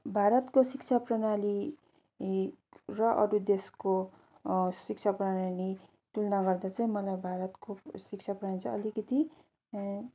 भारतको शिक्षा प्रणाली हि र अरू देशको शिक्षा प्रणाली तुलना गर्दा चाहिँ मलाई भारतको शिक्षा प्रणाली चाहिँ अलिकति